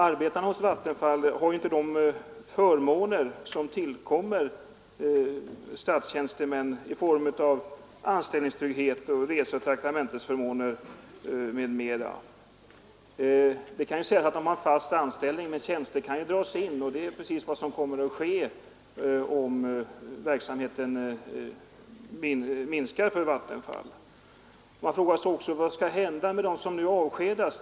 Arbetarna hos Vattenfall har inte de förmåner som tillkommer statstjänstemän i form av anställningstrygghet, reseoch traktamentsersättningar m.m. De har visserligen fast anställning, men tjänster kan dras in, vilket är precis vad som kommer att ske om Vattenfalls verksamhet minskar. Man frågade sig också vad som skall hända med dem som nu avskedas.